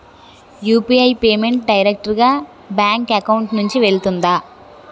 UPI payment direct గా bank account నుంచి వెళ్తుందా?